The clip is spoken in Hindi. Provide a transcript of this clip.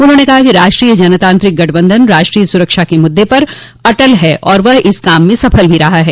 उन्होंने कहा कि राष्ट्रीय जनतांत्रिक गठबंधन राष्ट्रीय सुरक्षा के मुद्दे पर अटल है और वह इस काम में सफल रहा है